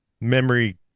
memory